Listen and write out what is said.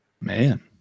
man